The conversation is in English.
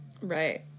Right